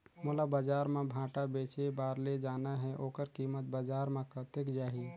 मोला बजार मां भांटा बेचे बार ले जाना हे ओकर कीमत बजार मां कतेक जाही?